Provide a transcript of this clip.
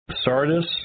sardis